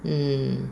mm